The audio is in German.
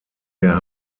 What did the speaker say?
der